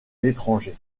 l’étranger